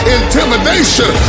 intimidation